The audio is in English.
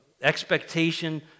expectation